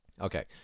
Okay